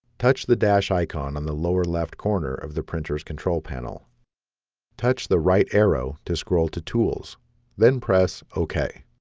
touch the dash icon on the lower left corner of the printers control panel touch the right arrow to scroll to tools then press ok